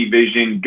vision